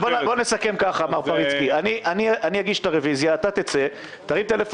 אני אגיש את הרוויזיה, אתה תצא מכאן,